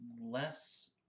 less